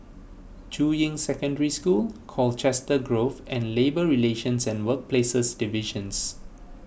Juying Secondary School Colchester Grove and Labour Relations and Workplaces Divisions